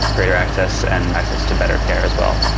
greater access, and access to better care as well.